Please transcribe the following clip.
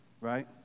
right